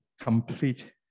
complete